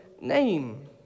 name